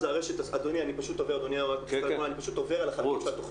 אדוני, אני פשוט עובר על החלקים שבתכנית.